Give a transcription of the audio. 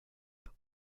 but